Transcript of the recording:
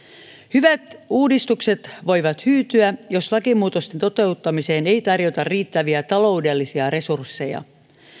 hyvät uudistukset voivat hyytyä jos lakimuutosten toteuttamiseen ei tarjota riittäviä taloudellisia resursseja